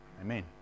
Amen